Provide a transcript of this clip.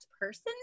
person